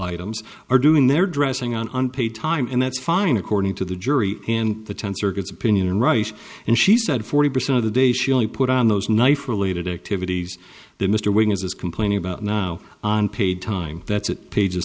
items are doing their dressing on unpaid time and that's fine according to the jury and the ten circuits opinion and rice and she said forty percent of the day she only put on those nice related activities that mr wing is complaining about now on paid time that's it pages